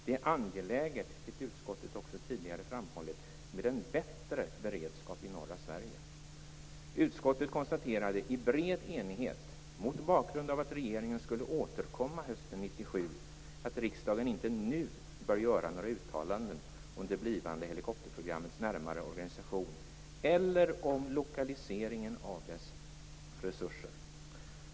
Det är angeläget, vilket utskottet också tidigare framhållit -, med en bättre beredskap i norra Sverige." Utskottet konstaterade i bred enighet, mot bakgrund av att regeringen skulle återkomma hösten 1997, att riksdagen inte nu bör "göra några uttalanden om det blivande helikopterprogrammets närmare organisation eller om lokaliseringen av dess resurser".